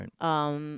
right